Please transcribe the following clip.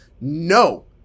no